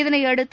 இதனையடுத்து